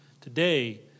Today